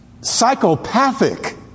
psychopathic